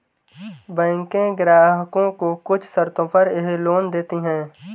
बैकें ग्राहकों को कुछ शर्तों पर यह लोन देतीं हैं